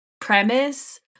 premise